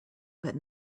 but